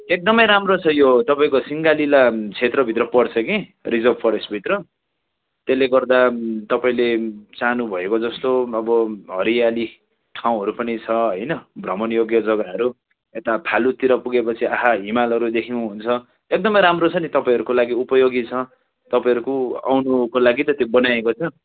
एकदमै राम्रो छ यो तपाईँको सिङ्गालीला क्षेत्र भित्र पर्छ कि रिजर्भ फरेस्ट भित्र त्यसले गर्दा तपाईँले सानो भएको जस्तो अब हरियाली ठाउँहरू पनि छ होइन भ्रमण योग्य जगाहरू यता फालुटतिर पुगे पछि आहा हिमालहरू देख्यौँ हुन्छ एकदमै राम्रो छ नि तपाईँहरूको लागि उपयोगी छ तपाईँहरूको आउनुको लागि त बनाएको छ